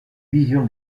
vision